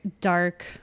dark